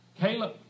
caleb